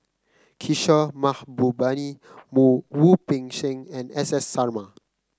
Kishore Mahbubani Wu Peng Seng and S S Sarma